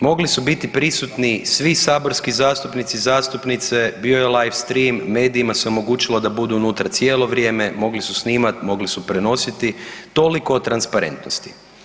Mogli su biti prisutni svi saborski zastupnici i zastupnice, bio je live stream, medijima se omogućilo da budu unutra cijelo vrijeme, mogli su snimati, mogli su prenositi, toliko o transparentnosti.